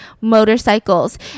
motorcycles